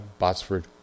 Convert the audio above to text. Botsford